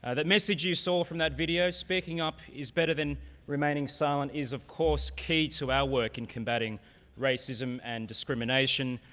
ah message you saw from that video, speaking up is better than remaining silent is of course key to our work in combatting racism and discrimination.